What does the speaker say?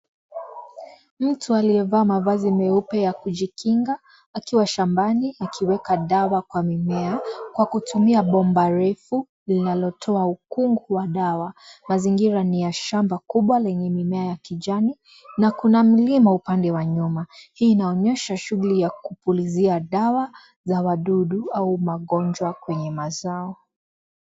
Mtu aliyevaa mavazi meupe ya kujikinga, akiwa shambani akiweka dawa kwa mimea kwa kutumia bomba refu linalotoa ukungu wa dawa. Mazingira ni ya shamba kubwa lenye mimea ya kijani na kuna mlima upande wa nyuma. Hii inaonyesha shughuli ya kupulizia dawa za wadudu au magonjwa kwenye mazao.